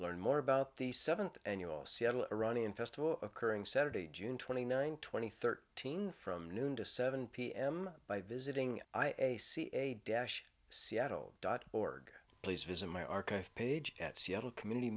learn more about the seventh annual seattle iranian festival occurring saturday june twenty ninth two thousand and thirteen from noon to seven pm by visiting i a c a dash seattle dot org please visit my archive page at seattle community